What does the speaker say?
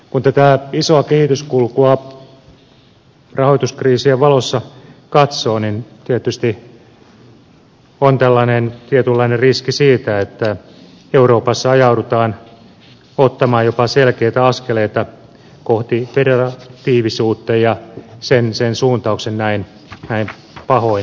kun tätä isoa kehityskulkua rahoituskriisien valossa katsoo niin tietysti on tällainen tietynlainen riski siitä että euroopassa ajaudutaan ottamaan jopa selkeitä askeleita kohti federatiivisuutta ja sen suuntauksen näen pahoin vääränä